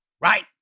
right